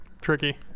tricky